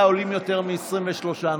אתה איש של מספרים.